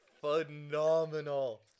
phenomenal